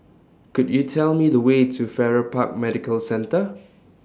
Could YOU Tell Me The Way to Farrer Park Medical Centre